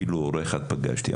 אפילו הורה אחד פגשתי.